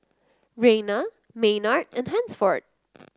Rayna Maynard and Hansford